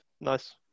Nice